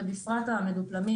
ובפרט המדופלמים,